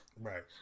Right